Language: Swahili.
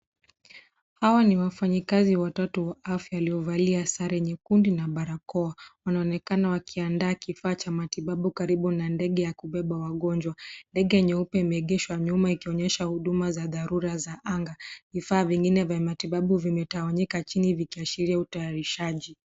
Hawa ni wafanyikazi watoto wa afya waliovalia sare nyekundu na barakoa. Wanaonekana wakiandaa kifaa cha matibabu karibu na ndege ya kubeba wagonjwa. Ndege nyeupe imeegeshwa nyuma ikionyesha huduma za dharura za anga. Vifaa vingine vya matibabu vimetwanyika chini vikiashiria utayarishaji.